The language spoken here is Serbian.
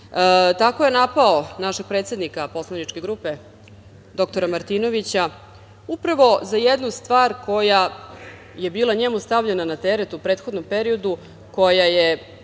je napao našeg predsednika poslaničke grupe, dr Martinovića upravo za jednu stvar koja je bila njemu stavljena na teret u prethodnom periodu, koja je